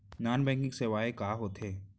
non banking सेवाएं का होथे